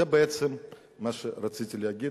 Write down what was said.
זה בעצם מה שרציתי להגיד.